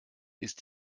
ist